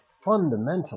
fundamentally